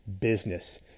business